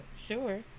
Sure